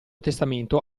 testamento